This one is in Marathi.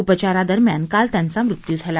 उपचारादरम्यान काल त्यांचा मृत्यू झाला